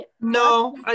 no